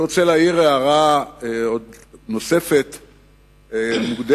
אני רוצה להעיר הערה נוספת מוקדמת: